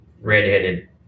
redheaded